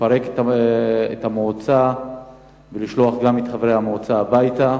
לפרק את המועצה ולשלוח גם את חברי המועצה הביתה,